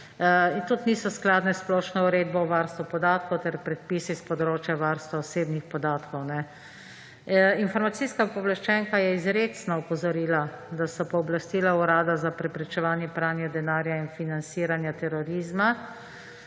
Tudi niso skladne s Splošno uredbo o varstvu podatkov ter predpisi s področja varstva osebnih podatkov. Informacijska pooblaščenka je izrecno opozorila, da so pooblastila Urada za preprečevanje pranja denarja in financiranja terorizma